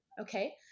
Okay